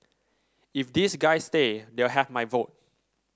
if these guys stay they'll have my vote